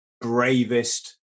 bravest